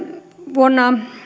vuoden